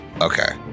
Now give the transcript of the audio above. Okay